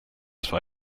sua